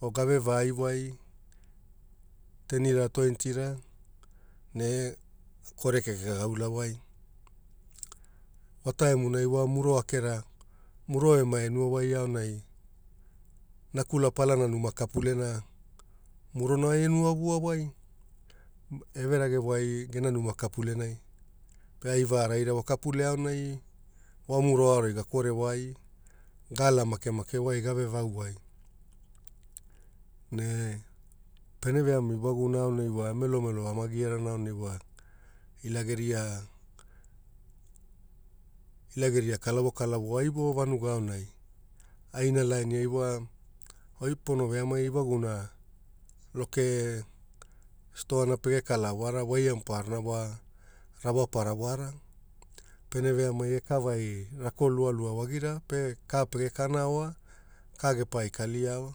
Gave vai wai tenira, twentira ne korekeke gaula wai votaimunai muro akera muro ema Nakula Palana mnuma kapulenai murona einu avua wai everage wai gena numa kapulenai pe ai varaira kapule aonai aonai gakore wai gala makemake wai gave vau wai, ne pene veamai ewagumona aonai wa e Melomelo ama giarana aonai wa, ageria kalavo kalavo ai vo o vanuga aonai. Aina lainia wa oi pono veamai ewaguna loke stoana pege kala wara voia maparana wa rawapara wara, pene veamai e kavai rako lua wagira pe ka pege kaa wa ka ge wai vonai garigu pai kaliao,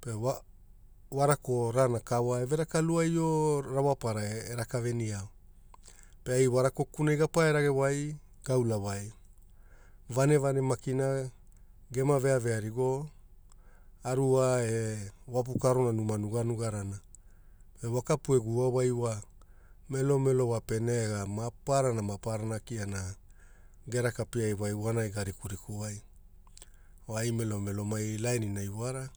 pevo rako ana kawa eve raka luaio rawapara eraka veniao pe ai vo rako kukunai gapavagewai gaula wai. Vaneva ne makina gema veavea rigo o Arua e Wapu Karonana numa nuganuga rana. Vo kapu egu'a wai wa melomelo wape nega maparana, maparana keona geraka piaiwai vonai garikuriku wai ai melomelo lainiai wara